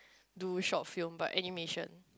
do short film but animation